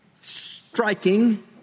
Striking